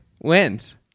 wins